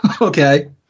Okay